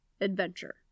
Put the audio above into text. adventure